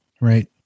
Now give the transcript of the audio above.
Right